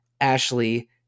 Ashley